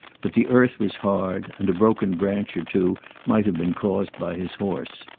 but the earth was hard, and a broken branch or two might have been caused by his horse.